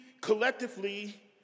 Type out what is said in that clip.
collectively